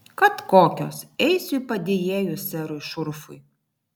kad kokios eisiu į padėjėjus serui šurfui